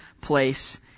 place